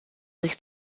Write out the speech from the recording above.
sich